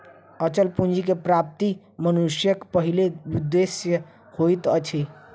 अचल पूंजी के प्राप्ति मनुष्यक पहिल उदेश्य होइत अछि